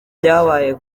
byabaye